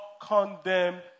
condemn